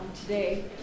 today